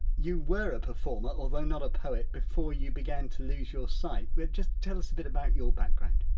you were a performer, although not a poet, before you began to lose your sight. but just tell us a bit about your background.